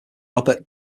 robert